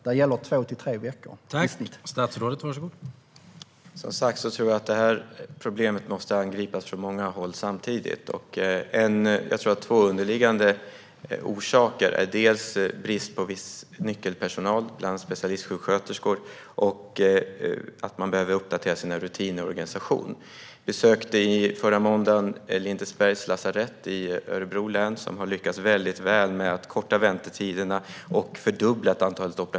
Där gäller två till tre veckor i snitt.